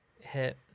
Hit